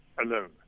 alone